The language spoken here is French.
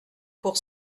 pour